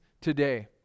today